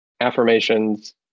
affirmations